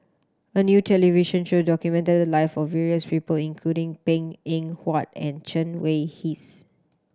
a new television show documented the live of various people including Png Eng Huat and Chen Wen Hsi